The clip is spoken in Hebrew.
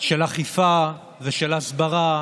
של אכיפה ושל הסברה,